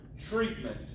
treatment